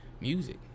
music